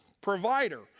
provider